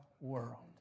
world